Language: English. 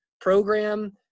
program